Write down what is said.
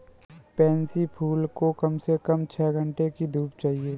pansy फूल को कम से कम छह घण्टे की धूप चाहिए